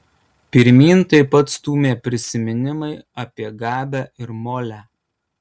pirmyn taip pat stūmė prisiminimai apie gabę ir molę